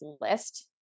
list